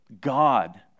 God